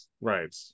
Right